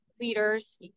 leaders